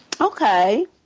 Okay